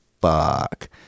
fuck